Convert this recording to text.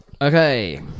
Okay